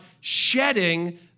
shedding